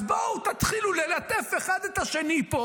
אז בואו, תתחילו ללטף אחד את השני פה